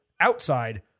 outside